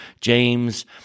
James